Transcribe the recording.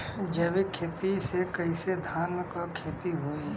जैविक खेती से कईसे धान क खेती होई?